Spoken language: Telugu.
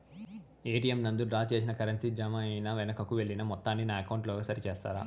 ఎ.టి.ఎం నందు డ్రా చేసిన కరెన్సీ జామ అయి వెనుకకు వెళ్లిన మొత్తాన్ని నా అకౌంట్ లో సరి చేస్తారా?